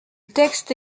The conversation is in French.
texte